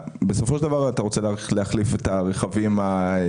בסופו של דבר אתה רוצה להחליף את הרכבים המבצעיים.